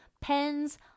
pens